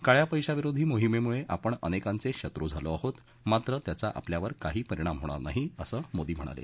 काळ्या पैशाविरोधी मोहिमेमुळे आपण अनेकांचे शत्रू झालो आहोत मात्र त्याचा आपल्यावर काही परिणाम होणार नाही असं मोदी म्हणाले